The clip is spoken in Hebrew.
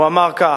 הוא אמר כך: